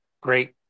great